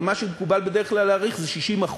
אבל מה שמקובל בדרך כלל להעריך זה 60%,